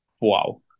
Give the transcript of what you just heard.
wow